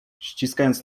ściskając